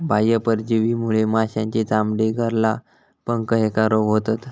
बाह्य परजीवीमुळे माशांची चामडी, गरला, पंख ह्येका रोग होतत